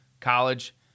college